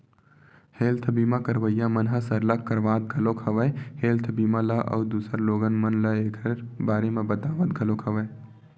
health बीमा करवइया मन ह सरलग करवात घलोक हवय हेल्थ बीमा ल अउ दूसर लोगन मन ल ऐखर बारे म बतावत घलोक हवय